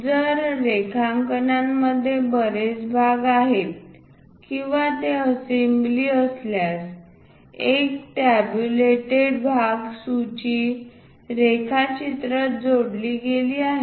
जर रेखांकनामध्ये बरेच भाग आहेत किंवा ते असेंब्ली असल्यास एक टॅबुलेटेड भाग सूची रेखाचित्रात जोडली गेली आहे